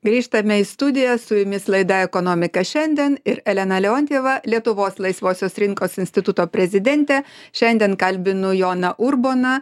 grįžtame į studiją su jumis laida ekonomika šiandien ir elena leontjeva lietuvos laisvosios rinkos instituto prezidentė šiandien kalbinu joną urboną